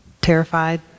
Terrified